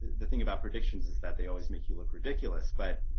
the thing about predictions is that they always make you look ridiculous, but